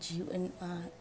જીવનમાં